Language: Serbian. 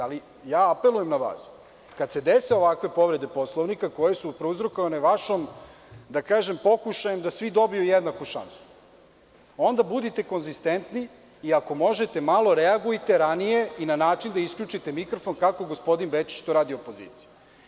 Apelujem na vas, kada se dese ovakve povrede Poslovnika, koje su prouzrokovane vašim, da kažem, pokušajem da svi dobiju jednaku šansu, onda budite konzistentni i ako možete malo reagujte ranije i na način da isključite mikrofon, kako gospodin Bečić to radi opoziciji.